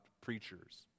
preachers